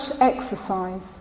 exercise